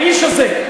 האיש הזה,